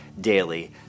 daily